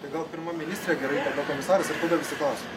tai gal pirma ministrė tada komisaras ir tada visi klausimai